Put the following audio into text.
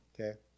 Okay